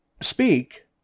speak